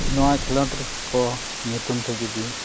ᱱᱚᱣᱟ ᱠᱷᱮᱞᱳᱰ ᱠᱚ ᱧᱩᱛᱩᱢᱛᱮ ᱡᱩᱫᱤ